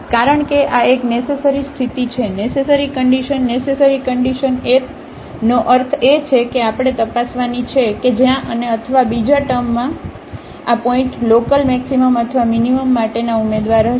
કારણ કે આ એક નેસેસરી સ્થિતિ છે નેસેસરી કન્ડિશનનેસેસરી કન્ડિશન અર્થ એ છે કે આપણે તપાસવાની છે કે જ્યાં અને અથવા બીજા ટર્મોમાં આ પોઇન્ટઓ લોકલમેક્સિમમ અથવા મીનીમમ માટેના ઉમેદવાર હશે